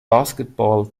basketball